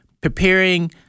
preparing